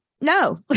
no